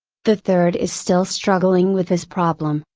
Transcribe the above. the third is still struggling with his problem,